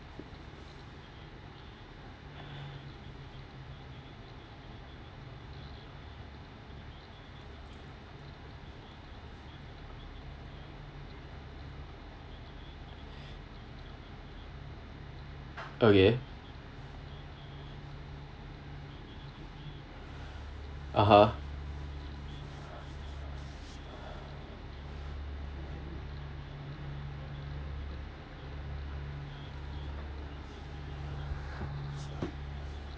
okay (uh huh)